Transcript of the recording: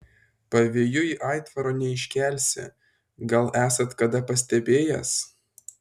pavėjui aitvaro neiškelsi gal esat kada pastebėjęs